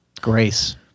grace